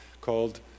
called